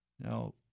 Now